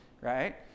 right